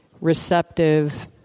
receptive